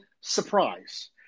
surprise